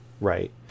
Right